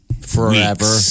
forever